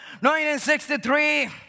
1963